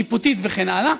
שיפוטית וכן הלאה,